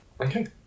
Okay